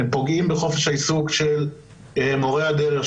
הם פוגעים בחופש העיסוק של מורי הדרך,